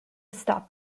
stop